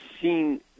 seen